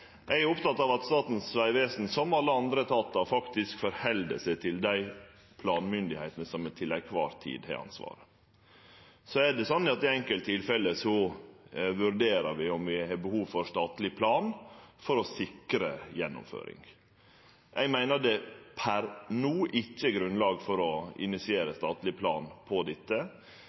Eg er oppteken av at Statens vegvesen, som alle andre etatar, faktisk held seg til dei planmyndigheitene som til ei kvar tid har ansvaret. Så er det sånn at i enkelttilfelle vurderer vi om vi har behov for statleg plan for å sikre gjennomføring. Eg meiner det per no ikkje er grunnlag for å initiere statleg plan på dette.